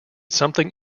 something